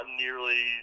nearly